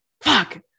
fuck